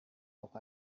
auch